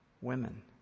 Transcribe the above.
women